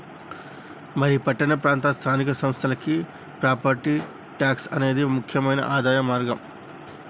మరి పట్టణ ప్రాంత స్థానిక సంస్థలకి ప్రాపట్టి ట్యాక్స్ అనేది ముక్యమైన ఆదాయ మార్గం